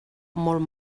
molt